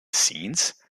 scenes